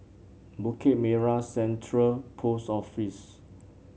Bukit Merah Central Post Office